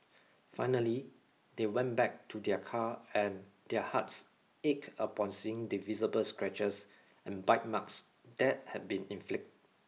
finally they went back to their car and their hearts ached upon seeing the visible scratches and bite marks that had been inflict